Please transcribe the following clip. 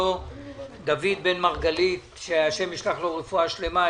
דוד בן מרגלית, שהשם ישלח לו רפואה שלמה.